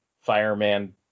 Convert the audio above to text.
fireman